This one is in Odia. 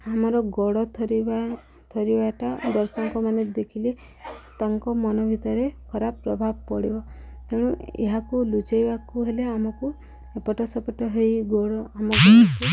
ଆମର ଗୋଡ଼ ଥରିବା ଥରିବାଟା ଦର୍ଶକମାନେ ଦେଖିଲେ ତାଙ୍କ ମନ ଭିତରେ ଖରାପ ପ୍ରଭାବ ପଡ଼ିବ ତେଣୁ ଏହାକୁ ଲୁଝେଇବାକୁ ହେଲେ ଆମକୁ ଏପଟ ସେପଟ ହେଇ ଗୋଡ଼ ଆମକୁ